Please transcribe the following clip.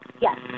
Yes